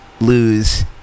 lose